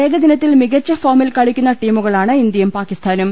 ഏകദിനത്തിൽ മികച്ച ഫോമിൽ കളിക്കുന്ന ടീമുകളാണ് ഇന്തൃയും പാകിസ്ഥാനും